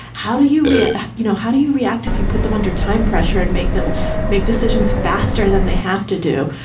how do you react? you know, how do you react if you put them under time, pressure and make them make decisions faster than they have to do?